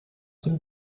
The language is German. dem